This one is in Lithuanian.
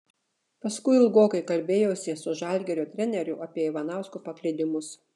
paskui ilgokai kalbėjausi su žalgirio treneriu apie ivanausko paklydimus